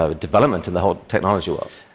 ah ah development in the whole technology world? lt